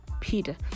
Peter